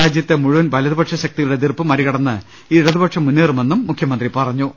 രാജ്യത്തെ മുഴുവൻ വലതുപക്ഷ ശക്തികളുടെ എതിർപ്പ് മറികടന്ന് ഇടതുപക്ഷം മുന്നേറുമെന്നും അദ്ദേഹം പറഞ്ഞു